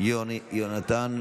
יהונתן